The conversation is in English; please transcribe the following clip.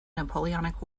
napoleonic